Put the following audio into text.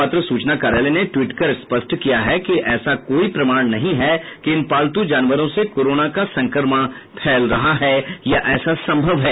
पत्र सूचना कार्यालय ने ट्वीट कर स्पष्ट किया है कि ऐसा कोई प्रमाण नहीं है कि इन पालतू जानवरों से कोरोना का संक्रमण फैल रहा है या ऐसा संभव है